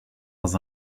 dans